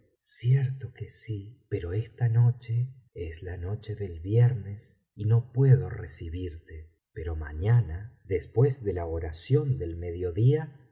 cierto que sí pero esta noche es la noche del viernes y no puedo recibirte pero mañana después de la oración del mediodía